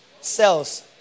cells